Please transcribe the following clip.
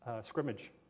scrimmage